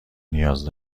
نیاز